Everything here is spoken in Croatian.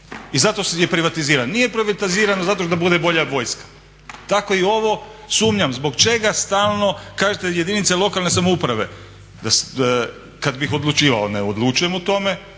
i zato je privatiziran. Nije privatiziran zato da bude bolja vojska. Tako i ovo. Sumnjam zbog čega stalno kažete jedinice lokalne samouprave. Kad bih odlučivao, ne odlučujem o tome,